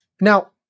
now